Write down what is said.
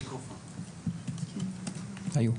היו.